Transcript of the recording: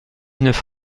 neuf